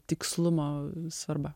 tikslumo svarba